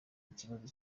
ikibazo